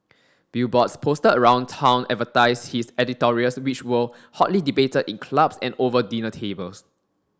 billboards posted around town advertised his editorials which were hotly debated in clubs and over dinner tables